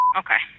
okay